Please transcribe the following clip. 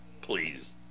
Please